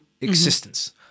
existence